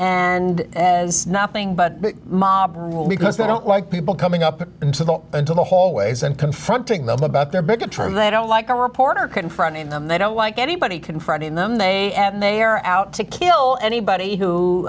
and as nothing but mob rule because they don't like people coming up into the into the hallways and confronting them about their bigotry and they don't like a reporter confronting them they don't like anybody confronting them they and they are out to kill anybody who